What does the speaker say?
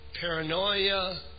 paranoia